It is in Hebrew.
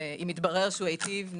אם התברר שהיטיב נזק.